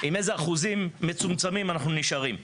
עם איזה אחוזים מצומצמים אנחנו נשארים.